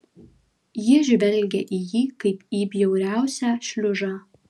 ji žvelgė į jį kaip į bjauriausią šliužą